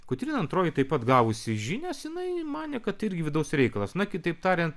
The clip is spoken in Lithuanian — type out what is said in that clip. kotryna antroji taip pat gavusi žinias jinai manė kad irgi vidaus reikalas na kitaip tariant